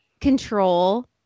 control